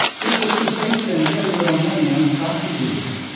here's the truth. they spend very little money on these proxy groups.